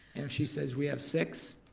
and if she says we have six,